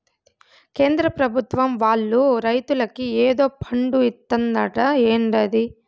కేంద్ర పెభుత్వం వాళ్ళు రైతులకి ఏదో ఫండు ఇత్తందట ఏందది